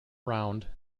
round